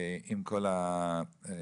עם כל הדברים